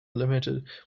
limited